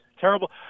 Terrible